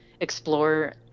explore